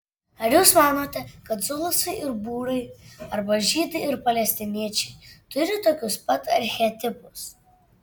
ar jūs manote kad zulusai ir būrai arba žydai ir palestiniečiai turi tokius pat archetipus